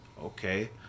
Okay